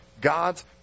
God's